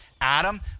Adam